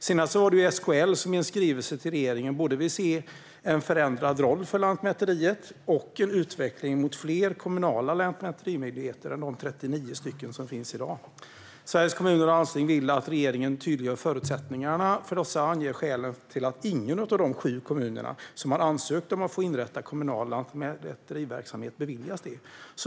Senast var det SKL som i en skrivelse till regeringen både vill se en förändrad roll för Lantmäteriet och en utveckling mot fler kommunala lantmäterimyndigheter än de 39 som finns i dag. Sveriges Kommuner och Landsting vill att regeringen tydliggör förutsättningarna för dessa och anger skälen till ingen av de sju kommuner som har ansökt om att få inrätta kommunal lantmäteriverksamhet beviljas det.